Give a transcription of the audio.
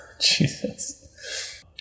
Jesus